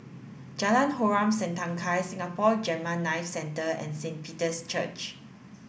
Jalan Harom Setangkai Singapore Gamma Knife Centre and Saint Peter's Church